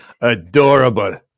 Adorable